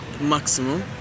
maximum